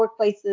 workplaces